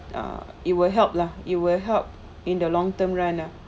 err it will help lah it will help in the long term run lah